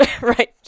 Right